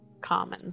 common